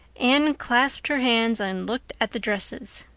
anne clasped her hands and looked at the dresses.